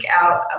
out